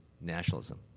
nationalism